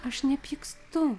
aš nepykstu